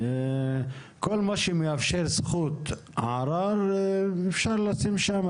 כל מה שמאפשר זכות ערר אפשר לשים שם.